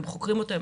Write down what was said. האם חוקרים אותם,